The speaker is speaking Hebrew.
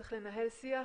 צריך לנהל שיח